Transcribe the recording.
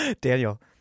Daniel